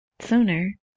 Sooner